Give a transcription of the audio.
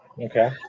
Okay